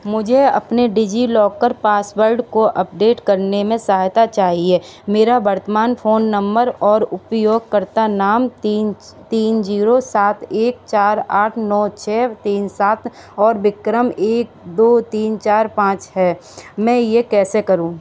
मुझे अपने DigiLocker password को अपडेट करने में सहायता चाहिए मेरा वर्तमान फ़ोन नम्बर और उपयोगकर्ता नाम तीन तीन जीरो सात एक चार आठ नौ छः तीन सात और विक्रम एक दो तीन चार पाँच हैं मैं यह कैसे करूं